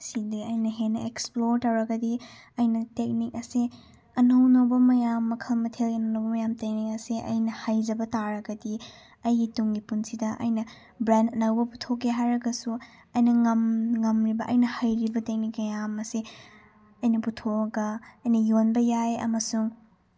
ꯁꯤꯗꯒꯤ ꯑꯩꯅ ꯍꯦꯟꯅ ꯑꯦꯛꯁꯄ꯭ꯂꯣꯔ ꯇꯧꯔꯒꯗꯤ ꯑꯩꯅ ꯇꯦꯛꯅꯤꯛ ꯑꯁꯤ ꯑꯅꯧ ꯑꯅꯧꯕ ꯃꯌꯥꯝ ꯃꯈꯜ ꯃꯊꯦꯜꯒꯤ ꯑꯅꯧꯕ ꯇꯦꯛꯅꯤꯛ ꯑꯁꯤ ꯑꯩꯅ ꯍꯩꯖꯕ ꯇꯥꯔꯒꯗꯤ ꯑꯩꯒꯤ ꯇꯨꯡꯒꯤ ꯄꯨꯟꯁꯤꯗ ꯑꯩꯅ ꯕ꯭ꯔꯥꯟ ꯑꯅꯧꯕ ꯄꯨꯊꯣꯛꯀꯦ ꯍꯥꯏꯔꯒꯁꯨ ꯑꯩꯅ ꯉꯝꯂꯤꯕ ꯑꯩꯅ ꯍꯩꯔꯤꯕ ꯇꯦꯛꯅꯤꯛ ꯀꯌꯥ ꯑꯃꯁꯦ ꯑꯩꯅ ꯄꯨꯊꯣꯛꯑꯒ ꯑꯩꯅ ꯌꯣꯟꯕ ꯌꯥꯏ ꯑꯃꯁꯨꯡ